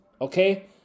okay